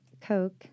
coke